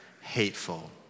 hateful